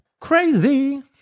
Crazy